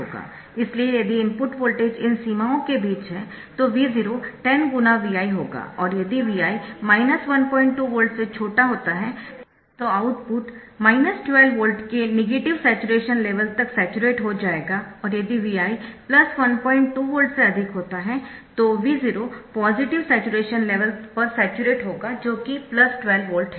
इसलिए यदि input voltage इन सीमाओं के बीच है तो V010 × Vi होगा और यदि Vi 12 वोल्ट से छोटा होता है तो आउटपुट 12 वोल्ट के नेगेटिव स्याचुरेशन लेवल तक स्याचुरेट हो जाएगा और यदि Vi 12 वोल्ट से अधिक होता है तो V0 पॉजिटिव स्याचुरेशन लेवल पर स्याचुरेट होगा जो कि 12 वोल्ट है